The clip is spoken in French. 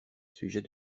sujet